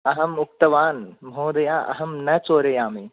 अहम् उक्तवान् महोदया अहं न चोरयामि